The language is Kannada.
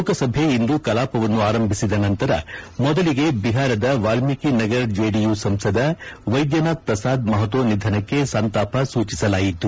ಲೋಕಸಭೆ ಇಂದು ಕಲಾಪವನ್ನು ಆರಂಭಿಸಿದ ನಂತರ ಮೊದಲಿಗೆ ಬಿಹಾರದ ವಾಲ್ಟೀಕಿ ನಗರ್ ಜೆಡಿಯು ಸಂಸದ ಬೈದ್ಯನಾಥ್ ಪ್ರಸಾದ್ ಮಹತೋ ನಿಧನಕ್ಕೆ ಸಂತಾಪ ಸೂಚಿಸಲಾಯಿತು